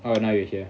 oh now you're here